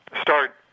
start